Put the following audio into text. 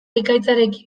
ekaitzarekin